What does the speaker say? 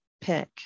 pick